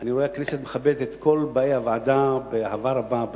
אני רואה שהכנסת מכבדת את כל באי הוועדה באהבה רבה,